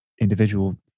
individual